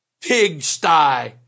pigsty